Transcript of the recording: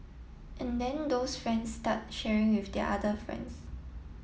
and then those friends start sharing with their other friends